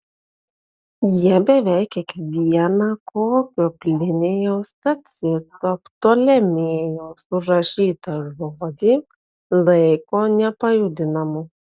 jie beveik kiekvieną kokio plinijaus tacito ptolemėjaus užrašytą žodį laiko nepajudinamu